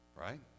Right